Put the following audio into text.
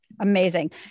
Amazing